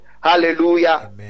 hallelujah